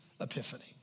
epiphany